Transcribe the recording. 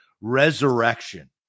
resurrection